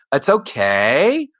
that's okay,